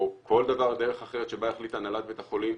או כל דרך אחרת שתחליט הנהלת בית החולים,